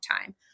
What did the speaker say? time